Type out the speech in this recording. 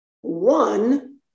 one